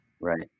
Right